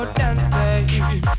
dancing